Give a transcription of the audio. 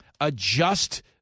adjust